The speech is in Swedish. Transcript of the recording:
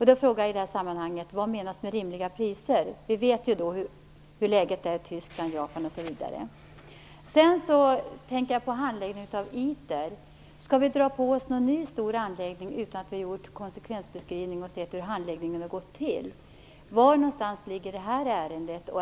I det sammanhanget vill jag fråga: Vad menas med rimliga priser? Vi vet ju hur läget är i Tyskland, Japan osv. Angående handläggningen av ITER undrar jag om vi verkligen skall dra på oss en ny stor anläggning utan att man har gjort någon konsekvensbeskrivning och sett hur handläggningen har gått till. Var någonstans ligger det här ärendet?